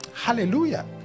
Hallelujah